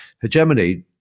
hegemony